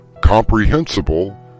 comprehensible